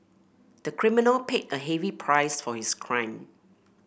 the criminal paid a heavy price for his crime